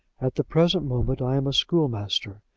at the present moment, i am a schoolmaster,